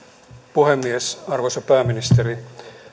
puhemies arvoisa pääministeri